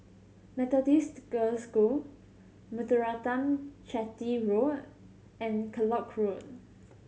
Methodist Girls' School Muthuraman Chetty Road and Kellock Road